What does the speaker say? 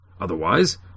Otherwise